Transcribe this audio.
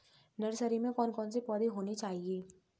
Nursery में कौन कौन से पौधे होने चाहिए?